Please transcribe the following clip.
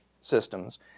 systems